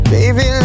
Baby